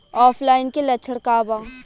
ऑफलाइनके लक्षण क वा?